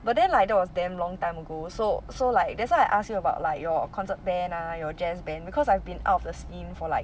but then like that was damn long time ago so so like that's why I ask you about like your concert band ah your jazz band because I've been out of the scene for like